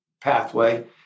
pathway